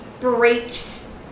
breaks